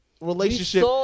relationship